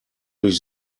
durch